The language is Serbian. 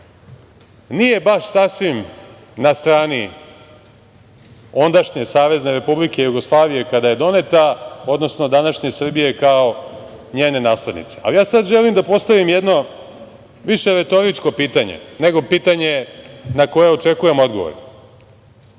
nije baš sasvim na strani ondašnje SRJ kada je doneta, odnosno današnje Srbije kao njene naslednice. Ali, ja sad želim da postavim jedno više retoričko pitanje, nego pitanje na koje očekujem odgovor